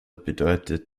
bedeutet